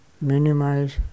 minimize